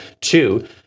two